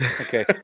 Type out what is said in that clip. Okay